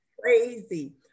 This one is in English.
Crazy